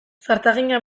zartagina